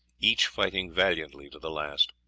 each fighting valiantly to the last.